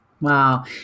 Wow